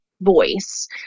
voice